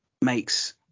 makes